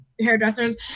hairdressers